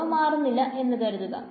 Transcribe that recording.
എന്നിവ മാറുന്നില്ല എന്നു കരുതുക